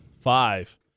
Five